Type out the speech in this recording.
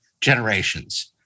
Generations